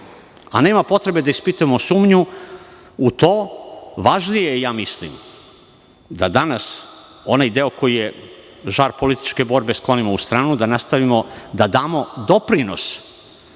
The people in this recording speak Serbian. a nema potrebe da ispitujemo sumnju u to, važnije je, ja mislim, da danas onaj deo koji je žar političke borbe sklonimo u stranu, da nastavimo, da damo doprinos